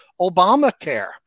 obamacare